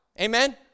Amen